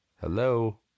Hello